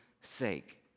sake